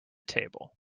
table